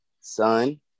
son